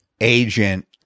agent